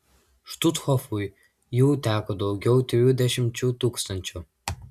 štuthofui jų teko daugiau trijų dešimčių tūkstančių